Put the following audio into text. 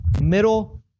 middle